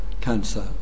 cancer